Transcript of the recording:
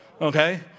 okay